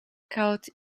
kaut